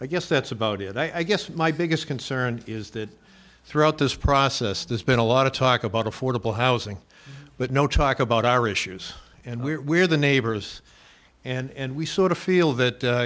i guess that's about it and i guess my biggest concern is that throughout this process there's been a lot of talk about affordable housing but no talk about our issues and we're the neighbors and we sort of feel that